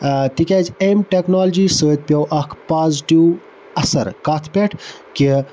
تِکیازِ امہِ ٹیٚکنالجی سۭتۍ پیوٚو اَکھ پازِٹِو اَثَر کَتھ پٮ۪ٹھ کہِ